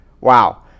Wow